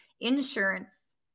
insurance